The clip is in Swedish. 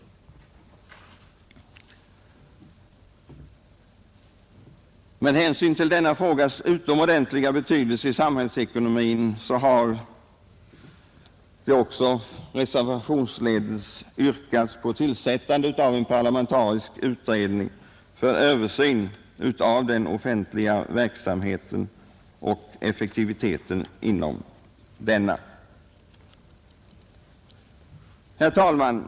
Med hänsyn till denna frågas utomordentliga betydelse i samhälls ekonomin har det också reservationsledes yrkats på tillsättandet av en parlamentarisk utredning för översyn av den offentliga verksamheten och effektiviteten inom denna. Herr talman!